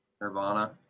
Nirvana